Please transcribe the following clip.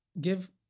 give